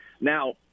Now